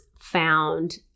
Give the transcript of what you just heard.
found